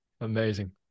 Amazing